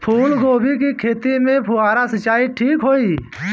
फूल गोभी के खेती में फुहारा सिंचाई ठीक होई?